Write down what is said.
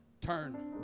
turn